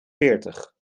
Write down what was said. veertig